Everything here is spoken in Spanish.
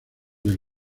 del